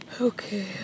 Okay